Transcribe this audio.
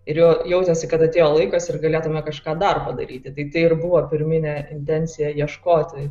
ir jo jautėsi kad atėjo laikas ir galėtume kažką dar padaryti tai ir buvo pirminė intencija ieškototi